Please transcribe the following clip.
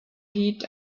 heat